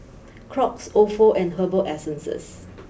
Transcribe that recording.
Crocs Ofo and Herbal Essences